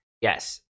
yes